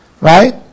right